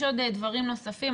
יש עוד דברים נוספים,